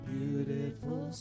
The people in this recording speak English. Beautiful